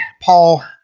Paul